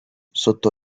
sotto